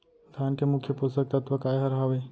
धान के मुख्य पोसक तत्व काय हर हावे?